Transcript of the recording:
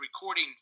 recording